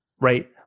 right